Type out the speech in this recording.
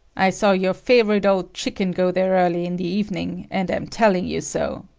i saw your favorite old chicken go there early in the evening, and am telling you so.